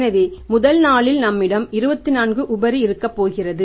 எனவே முதல் நாளில் நம்மிடம் 24 உபரி இருக்கப்போகிறது